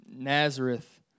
Nazareth